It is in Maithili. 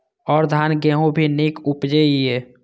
और धान गेहूँ भी निक उपजे ईय?